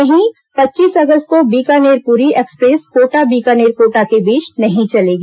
वहीं पच्चीस अगस्त को बीकानेर पुरी एक्सप्रेस कोटा बीकानेर कोटा के बीच नहीं चलेगी